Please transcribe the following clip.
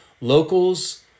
Locals